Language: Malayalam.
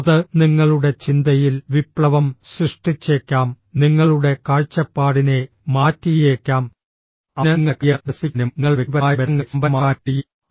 അത് നിങ്ങളുടെ ചിന്തയിൽ വിപ്ലവം സൃഷ്ടിച്ചേക്കാം നിങ്ങളുടെ കാഴ്ചപ്പാടിനെ മാറ്റിയേക്കാം അതിന് നിങ്ങളുടെ കരിയർ വികസിപ്പിക്കാനും നിങ്ങളുടെ വ്യക്തിപരമായ ബന്ധങ്ങളെ സമ്പന്നമാക്കാനും കഴിയും